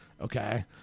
Okay